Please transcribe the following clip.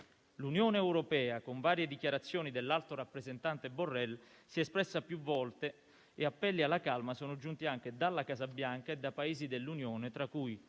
L'Unione europea, con varie dichiarazioni dell'alto rappresentante, Borrell, si è espressa più volte e appelli alla calma sono giunti anche dalla Casa Bianca, da Paesi dell'Unione, tra cui